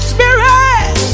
Spirit